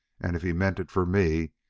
and if he meant it for me,